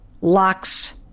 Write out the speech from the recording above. locks